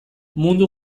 mundu